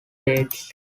dates